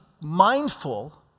mindful